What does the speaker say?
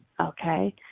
Okay